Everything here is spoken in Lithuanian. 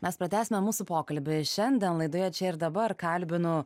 mes pratęsime mūsų pokalbį šiandien laidoje čia ir dabar kalbinu